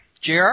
JR